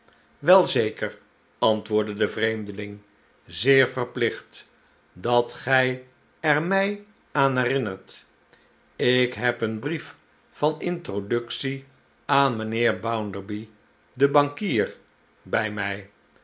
wel zeker antwoordde de vreemdeling zeer verplicht dat gij er mij aan herinnert ik heb een brief van introductie aan mijnheer bounderby den bankier bij mij